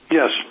yes